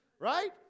Right